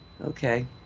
Okay